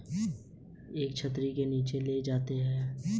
bankers bank कई बैंकों को एक छतरी के नीचे ले जाता है